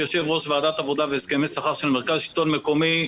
כיושב-ראש ועדת עבודה והסכמי שכר של מרכז השלטון המקומי,